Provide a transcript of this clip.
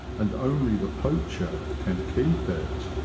and only the poacher can keep it.